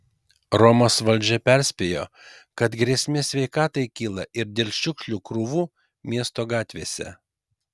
romos valdžia perspėjo kad grėsmė sveikatai kyla ir dėl šiukšlių krūvų miesto gatvėse